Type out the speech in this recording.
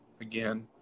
again